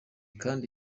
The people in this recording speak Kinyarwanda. kandi